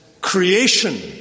creation